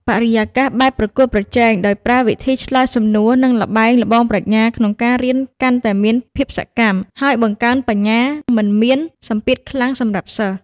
បរិយាកាសបែបប្រកួតប្រជែង ដោយប្រើវិធីឆ្លើយសំណួរ និងល្បែងល្បងប្រាជ្ញាក្នុងការរៀនកាន់តែមានភាពសកម្ម ហើយបង្កើនបញ្ញា មិនមានសម្ពាធខ្លាំងសម្រាប់សិស្ស។